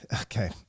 Okay